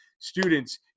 students